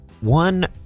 one